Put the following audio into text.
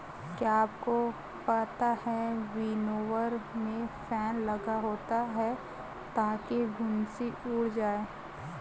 क्या आपको पता है विनोवर में फैन लगा होता है ताकि भूंसी उड़ जाए?